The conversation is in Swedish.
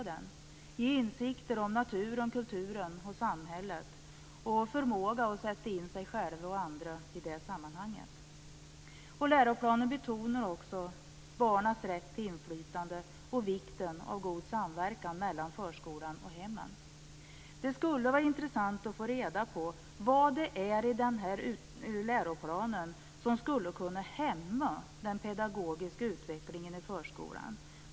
Den skall ge insikter om naturen, kulturen och samhället och förmåga att sätta in sig själv och andra i det sammanhanget. Läroplanen betonar också barnens rätt till inflytande och vikten av god samverkan mellan förskolan och hemmen. Det skulle vara intressant att få reda på vad det är i läroplanen som skulle kunna hämma den pedagogiska utvecklingen i förskolan.